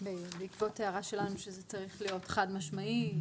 בעקבות הערה שלנו, צריך להיות חד משמעי.